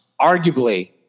Arguably